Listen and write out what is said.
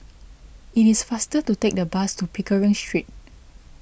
it is faster to take the bus to Pickering Street